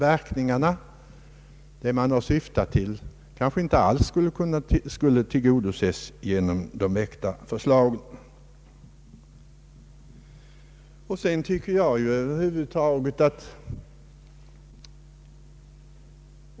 Vad man har syftat till kanske inte alls skulle tillgodoses genom de väckta förslagen.